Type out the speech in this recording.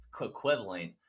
equivalent